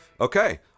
Okay